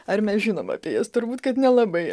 ar mes žinom apie jas turbūt kad nelabai